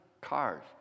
cars